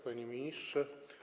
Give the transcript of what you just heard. Panie Ministrze!